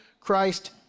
Christ